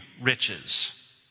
riches